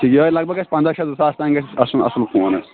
تہٕ یِہے لگ بگ اَسہِ پنٛداہ شیٚتھ زٕ ساس تانۍ گژھِ آسُن اَصٕل فون حظ